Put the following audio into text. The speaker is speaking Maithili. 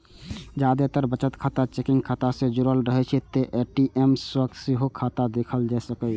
जादेतर बचत खाता चेकिंग खाता सं जुड़ रहै छै, तें ए.टी.एम सं सेहो खाता देखल जा सकैए